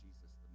Jesus